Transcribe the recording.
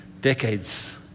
decades